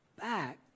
back